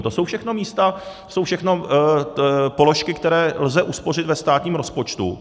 To jsou všechno místa, to jsou všechno položky, které lze uspořit ve státním rozpočtu.